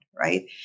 right